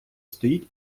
стоїть